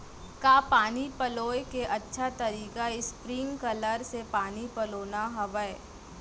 का पानी पलोय के अच्छा तरीका स्प्रिंगकलर से पानी पलोना हरय?